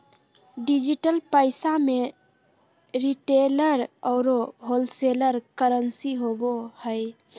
digital पैसा में retailer औरो होलसेलर करंसी होवो हइ